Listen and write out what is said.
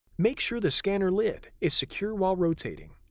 make sure the scanner lid is secure while rotating.